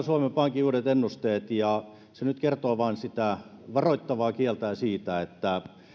suomen pankin uudet ennusteet ja ne nyt kertovat vain sitä varoittavaa kieltään siitä että